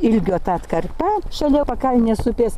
ilgio atkarpa šalia pakalnės upės